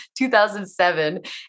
2007